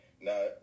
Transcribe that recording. Now